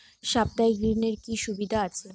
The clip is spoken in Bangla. সাপ্তাহিক ঋণের কি সুবিধা আছে?